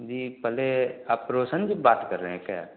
जी पहले ऑपरेशन की बात कर रहे हैं क्या